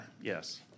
Yes